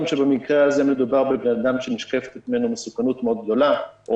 שבמקרה הזה מדובר באדם שנשקפת ממנו מסוכנות מאוד גדולה.